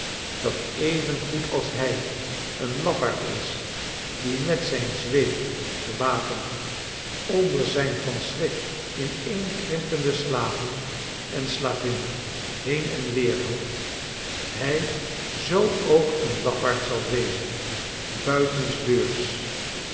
dat evengoed als hij een lafaard is die met zijn zware zweep gewapend onder zijn van schrik ineenkrimpende slaven en slavinnen heen en weer loopt hij zoo ook een lafaard zal wezen buitendeurs